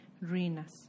ruinas